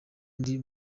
ndi